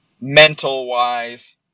mental-wise